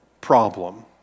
problem